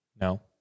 No